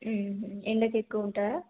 ఎండకు ఎక్కువ ఉంటారా